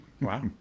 Wow